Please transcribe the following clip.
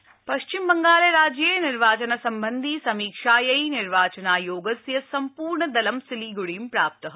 निर्वाचन आयोग पश्चिमबंगालराज्ये निर्वाचनसम्बन्धी समीक्षायै निर्वाचनायोगस्य सम्पूर्णदलं सिलीगुडीं प्राप्तः